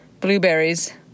Blueberries